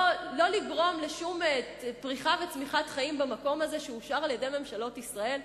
לא לגרום לשום פריחה וצמיחת חיים במקום הזה שאושר על-ידי ממשלות ישראל?